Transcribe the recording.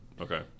Okay